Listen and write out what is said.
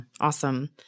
awesome